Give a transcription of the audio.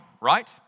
right